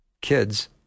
kids